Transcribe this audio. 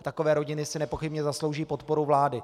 Takové rodiny si nepochybně zaslouží podporu vlády.